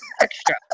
extra